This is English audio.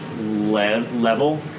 level